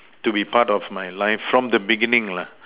to be part of my life from the beginning lah